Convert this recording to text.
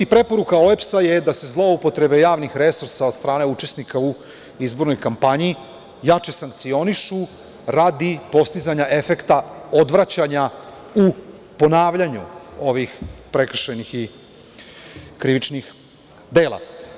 Preporuka OEBS je da se zloupotreba javnih resursa od strane učesnika u izbornoj kampanji jače sankcionišu radi postizanja efekta odvraćanja u ponavljanju ovih prekršajnih i krivičnih dela.